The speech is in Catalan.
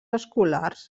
escolars